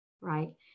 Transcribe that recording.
right